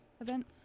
event